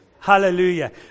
Hallelujah